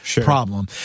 problem